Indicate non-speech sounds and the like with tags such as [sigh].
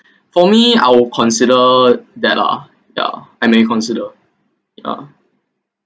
[breath] for me I would consider that lah yeah I may consider yeah